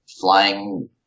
flying